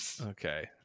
okay